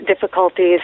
difficulties